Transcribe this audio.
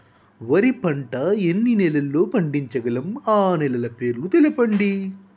వరి పంట ఎన్ని నెలల్లో పండించగలం ఆ నెలల పేర్లను తెలుపండి?